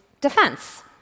defense